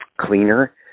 cleaner